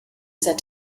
said